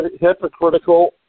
hypocritical